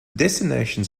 destinations